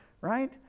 right